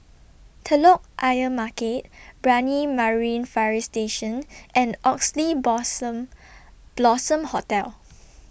Telok Ayer Market Brani Marine Fire Station and Oxley Blossom Hotel